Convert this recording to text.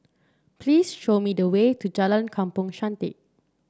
please show me the way to Jalan Kampong Chantek